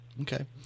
Okay